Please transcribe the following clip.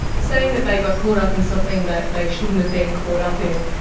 saying that they got caught up in something that they shouldn't have been caught up in,